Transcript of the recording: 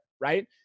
Right